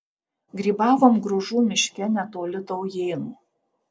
grybavom gružų miške netoli taujėnų